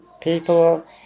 people